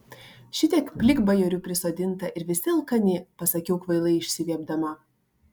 šitiek plikbajorių prisodinta ir visi alkani pasakiau kvailai išsiviepdama